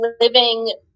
living